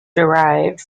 derived